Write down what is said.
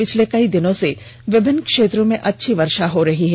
पिछले कई दिनों से विभिन्न क्षेत्रों में अच्छी वर्षा हो रही है